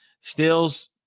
Stills